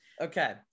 Okay